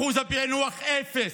ואחוז הפענוח, אפס.